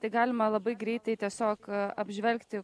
tai galima labai greitai tiesiog apžvelgti